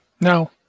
No